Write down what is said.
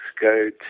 go